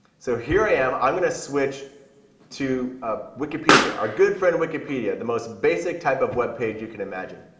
so here i am, i'm going to switch to ah wikipedia, our good friend wikipedia. the most basic type of web page that you could imagine.